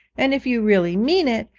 and, if you really mean it,